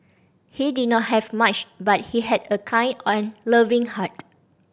he did not have much but he had a kind and loving heart